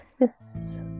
Yes